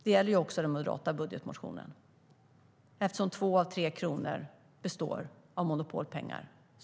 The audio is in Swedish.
Det gäller också den moderata budgetmotionen, eftersom 2 av 3 kronor består av monopolpengar.